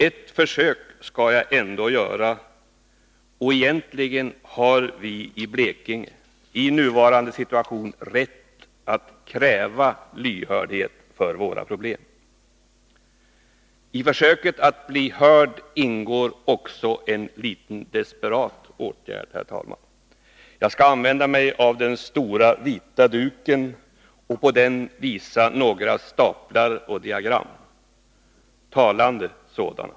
Ett försök skall jag ändå göra, och egentligen har vi i Blekinge, i nuvarande situation, rätt att kräva lyhördhet för våra problem. I försöket att bli hörd ingår också en litet desperat åtgärd, herr talman. Jag skall använda mig av den stora vita duken och på den visa några staplar och diagram, talande sådana!